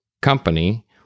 company